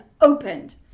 opened